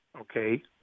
okay